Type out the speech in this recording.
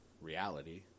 reality